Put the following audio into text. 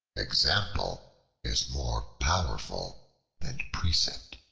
example is more powerful than precept.